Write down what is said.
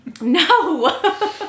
No